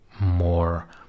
more